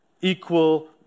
equal